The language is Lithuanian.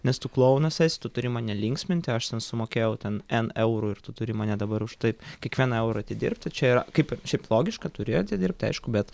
nes tu klounas esi tu turi mane linksminti aš sumokėjau ten en eurų ir tu turi mane dabar už tai kiekvieną eurą atidirbti čia yra kaip šiaip logiška turi atidirbti aišku bet